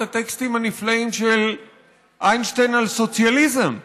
הטקסטים הנפלאים של איינשטיין על סוציאליזם.